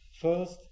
First